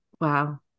Wow